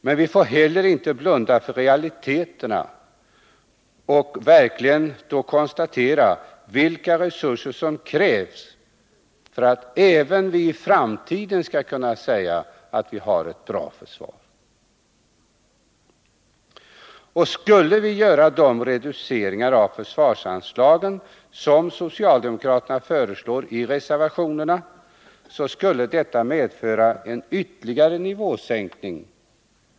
Men vi får heller inte blunda för realiteterna och verkligen konstatera vilka resurser som krävs för att vi även i framtiden skall kunna säga att vi har ett bra försvar. Skulle vi göra de reduceringar av försvarsanslagen som socialdemokraterna föreslår i reservationerna skulle detta medföra en ytterligare nivåsänkning.